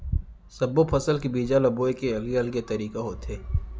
सब्बो फसल के बीजा ल बोए के अलगे अलगे तरीका होथे